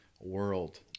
world